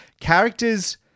Characters